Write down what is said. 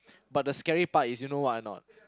but the scary part is you know what or not